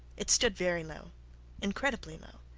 it stood very low incredibly low,